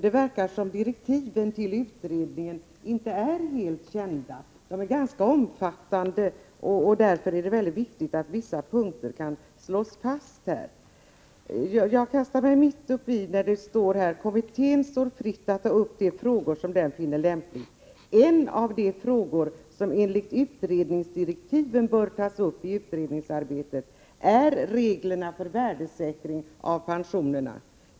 Det verkar som om direktiven till pensionsutredningen inte varit helt kända. De är ganska omfattande, och därför är det mycket viktigt att vissa punkter kan slås fast här. Jag börjar citera mitt i en mening: ”-——- kommittén fritt att upp de frågor som den finner lämpligt. En av de frågor som enligt utredningsdirektiven bör tas upp i utredningsarbetet är reglerna för värdesäkring av pensionerna.